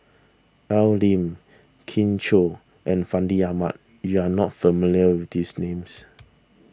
Al Lim Kin Chui and Fandi Ahmad you are not familiar with these names